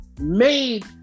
made